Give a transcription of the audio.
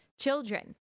children